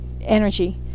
energy